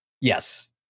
Yes